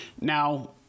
Now